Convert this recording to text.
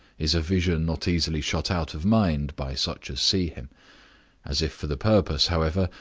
is a vision not easily shut out of mind by such as see him as if for the purpose, however,